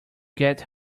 get